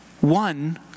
one